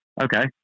Okay